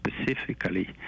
specifically